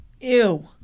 Ew